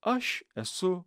aš esu